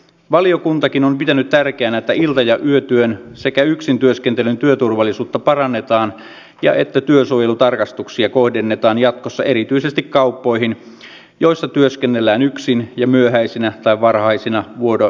valiokuntakin on pitänyt tärkeänä että ilta ja yötyön sekä yksintyöskentelyn työturvallisuutta parannetaan ja että työsuojelutarkastuksia kohdennetaan jatkossa erityisesti kauppoihin joissa työskennellään yksin ja myöhäisinä tai varhaisina vuorokaudenaikoina